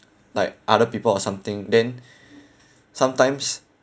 like other people or something then sometimes